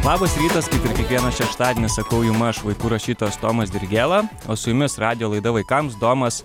labas rytas kaip ir kiekvieną šeštadienį sakau jum aš vaikų rašytojas tomas dirgėla o su jumis radijo laida vaikams domas